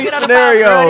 scenario